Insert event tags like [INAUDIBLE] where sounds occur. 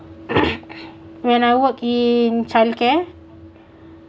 [NOISE] when I work in childcare